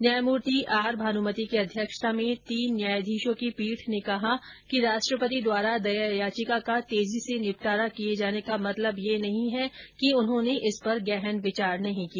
न्यायमूर्ति आर भानुमति की अध्यक्षता में तीन न्यायाधीशों की पीठ ने कहा कि राष्ट्रपति द्वारा दया याचिका का तेजी से निपटारा किये जाने का मतलब यह नहीं है कि उन्होंने इस पर गहन विचार नहीं किया